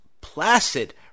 placid